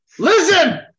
Listen